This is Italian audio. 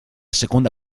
seconda